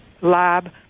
lab